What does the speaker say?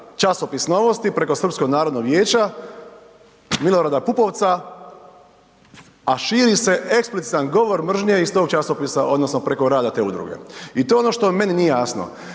časopis Novosti preko Srpskog narodnog vijeća Milorada Pupovca, a širi se eksplicitan govor mržnje iz tog časopisa odnosno preko rada te udruge. I to je ono što meni nije jasno.